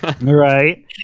Right